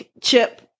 chip